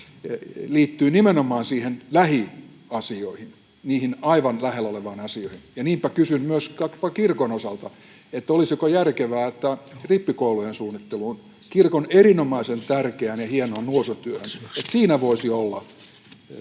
liittyy nimenomaan lähiasioihin, niihin aivan lähellä oleviin asioihin. Ja niinpä kysyn myös vaikkapa kirkon osalta, että olisiko järkevää, että rippikoulujen suunnittelussa, kirkon erinomaisen tärkeässä ja hienossa nuorisotyössä voisi olla